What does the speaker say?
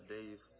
Dave